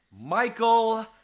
Michael